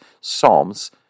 psalms